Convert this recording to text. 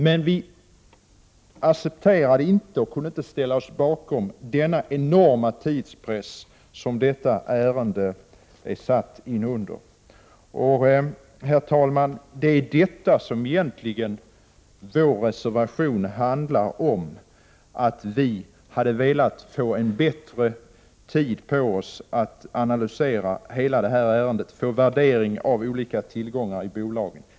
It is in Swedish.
Men vi kunde inte acceptera den enorma tidspress under vilken detta ärende handlagts. Herr talman! Vår reservation handlar egentligen om att vi velat få bättre tid på oss för att analysera hela ärendet och få värderingar av olika tillgångar i bolaget.